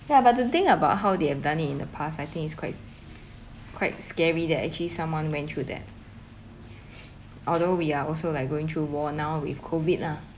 ya but the thing about how they have done in the past I think it's quite quite scary that actually someone went through that although we are also like going through war now with COVID lah